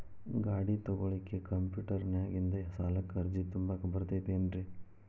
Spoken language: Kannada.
ಗಾಡಿ ತೊಗೋಳಿಕ್ಕೆ ಕಂಪ್ಯೂಟೆರ್ನ್ಯಾಗಿಂದ ಸಾಲಕ್ಕ್ ಅರ್ಜಿ ತುಂಬಾಕ ಬರತೈತೇನ್ರೇ?